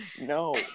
no